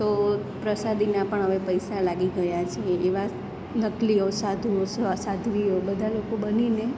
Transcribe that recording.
તો પ્રસાદીના પણ હવે પૈસા લાગી ગયા છે એવા નકલીઓ સાધુઓ સ્વા સાધ્વીઓ બધા લોકોને બનીને